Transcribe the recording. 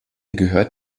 gehört